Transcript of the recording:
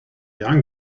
young